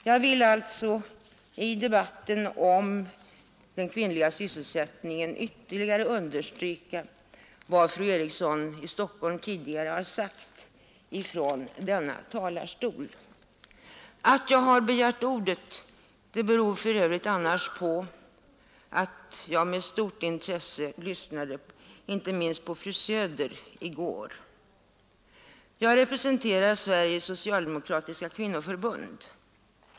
Jag vill alltså i debatten om den kvinnliga sysselsättningen ytterligare understryka vad fru Eriksson i Stockholm tidigare har sagt från denna talarstol vad daghemsfrågan beträffar. Att jag begärt ordet beror annars på att jag med stort intresse lyssnade inte minst på fru Söder i går. Jag representerar Sveriges socialdemokratiska kvinnoförbund.